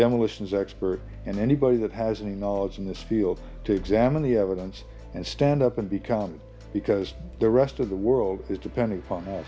demolitions expert and anybody that has any knowledge in this field to examine the evidence and stand up and become because the rest of the world is depending upon